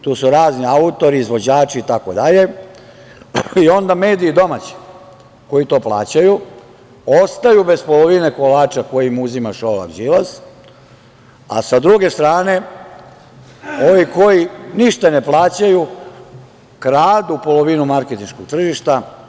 Tu su razni autori, izvođači itd. onda domaći mediji koji to plaćaju ostaju bez polovine kolača koje im uzima Šolak i Đilas, a sa druge strane, ovi koji ništa ne plaćaju kradu polovinu marketinškog tržišta.